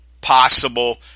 possible